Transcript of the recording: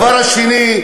הדבר השני,